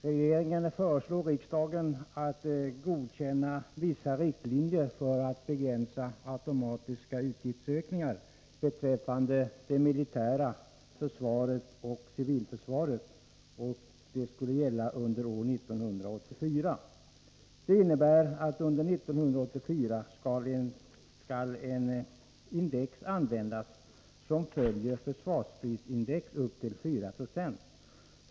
Regeringen föreslår riksdagen att godkänna vissa riktlinjer för begränsning av automatiska utgiftsökningar beträffande det militära försvaret och civilförsvaret. Detta skulle gälla under år 1984. Under detta år skall ett index användas som följer försvarsprisindex upp till 4 20.